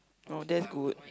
oh that's good